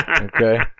Okay